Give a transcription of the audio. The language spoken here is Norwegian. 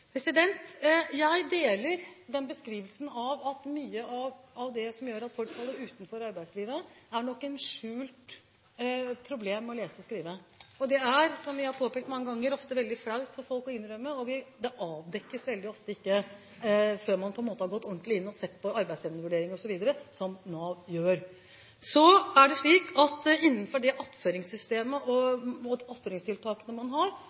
Jeg deler den beskrivelsen, at mye av det som gjør at folk faller utenfor arbeidslivet, nok skyldes et skjult problem med å lese og skrive. Det er, som vi har påpekt mange ganger, veldig flaut for folk å innrømme, og det avdekkes veldig ofte ikke før man har gått ordentlig inn og sett på arbeidsevnevurdering osv., som Nav gjør. Så er det slik at innenfor det attføringssystemet og de attføringstiltakene man har,